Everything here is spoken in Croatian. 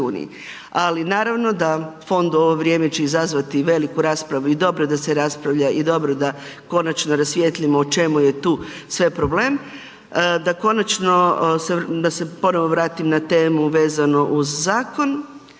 ali naravno da fond u ovo vrijeme će izazvati veliku raspravu i dobro da se raspravlja i dobro da konačno rasvijetlimo o čemu je tu sve problem, da konačno, da se ponovo vratim na temu vezano uz zakon.